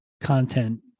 content